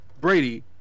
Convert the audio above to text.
Brady